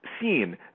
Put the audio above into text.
seen